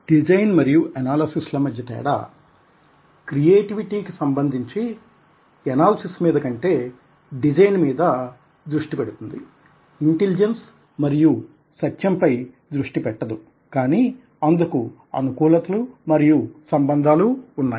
design మరియు analysis ల మధ్య తేడా క్రియేటివిటీ కి సంబంధించి ఎనాలసిస్ మీద కంటే డిజైన్ మీద అ దృష్టి పెడుతుంది ఇంటిలిజెన్స్ మరియు సత్యం పై దృష్టి పెట్టదు కానీ అందుకు అనుకూలతలు మరియు సంబంధాలు ఉన్నాయి